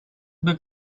book